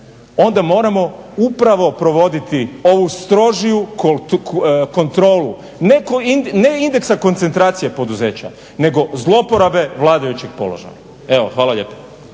onda moramo upravo provoditi ovu strožiju kontrolu. Ne indeksa koncentracija poduzeća nego zlouporabe vladajućih položaja. Evo, hvala lijepa.